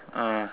ah